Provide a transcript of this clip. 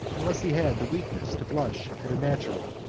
unless he had the weakness to blush at a natural,